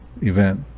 event